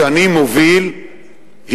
שאני מוביל,